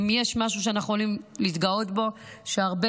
אם יש משהו שאנחנו יכולים להתגאות בו זה שהרבה